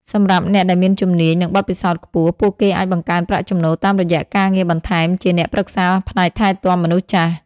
សម្រាប់អ្នកដែលមានជំនាញ និងបទពិសោធន៍ខ្ពស់ ពួកគេអាចបង្កើនប្រាក់ចំណូលតាមរយៈការងារបន្ថែមជាអ្នកប្រឹក្សាផ្នែកថែទាំមនុស្សចាស់។